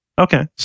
Okay